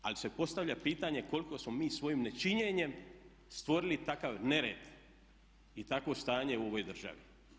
Ali se postavlja pitanje koliko smo mi svojim nečinjenjem stvorili takav nered i takvo stanje u ovoj državi.